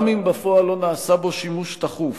גם אם בפועל לא נעשה בו שימוש תכוף,